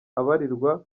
abarirwa